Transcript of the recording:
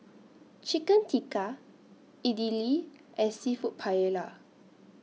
Chicken Tikka Idili and Seafood Paella